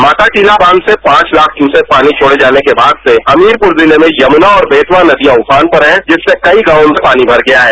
माताटीला बांच से पांच लाख क्यूसेक पानी छोड़े जाने के बाद से हमीरपुर जिले में यमना और बेतवा नदियां उफान पर है जिससे कई गांवों में पानी भर गया है